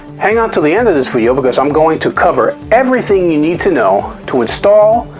hang on to the end of this video because i'm going to cover everything you need to know to install,